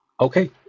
Okay